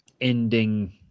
ending